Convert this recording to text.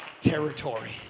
territory